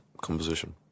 composition